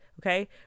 okay